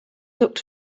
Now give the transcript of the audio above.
looked